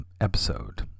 episode